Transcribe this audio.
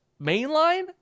Mainline